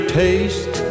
taste